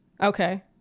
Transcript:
Okay